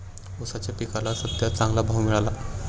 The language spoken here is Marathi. ऊसाच्या पिकाला सद्ध्या चांगला भाव मिळाला